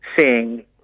seeing